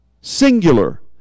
singular